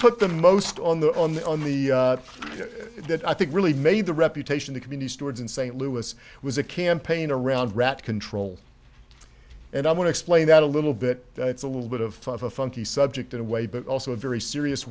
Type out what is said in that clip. put them most on the on the on the that i think really made the reputation the community stored in st louis was a campaign around rat control and i want to explain that a little bit it's a little bit of a funky subject in a way but also a very serious